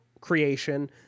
creation